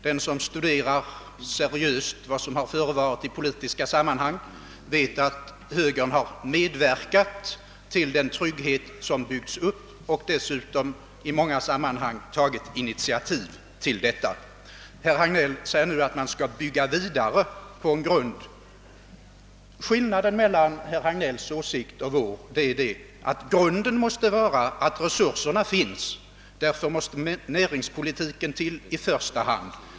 Den som seriöst studerar vad som förevarit inom politiken vet att högern har medverkat till den trygghet som byggts upp, och dessutom har vi i många sammanhang tagit initiativ härtill. Herr Hagnell säger att man skall bygga vidare på en grund, och skillnaden mellan herr Hagnells åsikt och vår är just att enligt vår uppfattning grunden måste vara den att resurserna finns. Därför måste näringspolitiken till i första hand.